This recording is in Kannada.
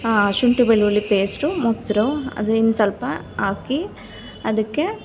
ಶುಂಠಿ ಬೆಳ್ಳುಳ್ಳಿ ಪೇಸ್ಟು ಮೊಸರು ಅದ್ರಿಂದ ಸ್ವಲ್ಪ ಹಾಕಿ ಅದಕ್ಕೆ